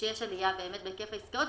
ושיש עלייה בהיקף העסקאות,